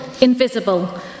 Invisible